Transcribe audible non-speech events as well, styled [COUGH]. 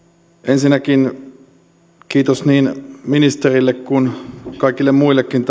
ensinnäkin kiitos niin ministerille kuin kaikille muillekin [UNINTELLIGIBLE]